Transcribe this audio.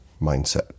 mindset